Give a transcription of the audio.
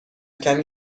کمی